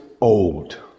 old